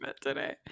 today